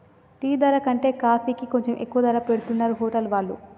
tea ధర కంటే కాఫీకి కొంచెం ఎక్కువ ధర పెట్టుతున్నరు హోటల్ వాళ్ళు